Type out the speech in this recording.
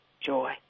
joy